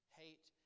hate